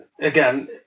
again